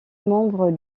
membre